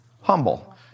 Humble